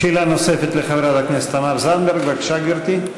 לחברת הכנסת תמר זנדברג, בבקשה, גברתי.